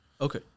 Okay